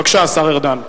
בבקשה, השר ארדן.